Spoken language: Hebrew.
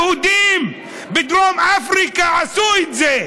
היהודים בדרום אפריקה עשו את זה,